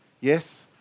Yes